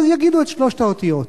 אז יגידו את שלוש האותיות.